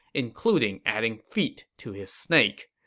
including adding feet to his snake.